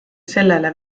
sellele